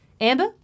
Amber